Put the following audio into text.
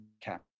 cap